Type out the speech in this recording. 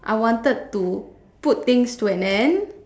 I wanted to put things to an end